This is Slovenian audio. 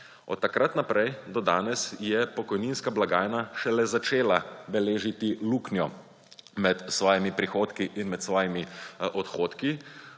Od takrat naprej do danes je pokojninska blagajna šele začela beležiti luknjo med svojimi prihodki in med svojimi odhodki.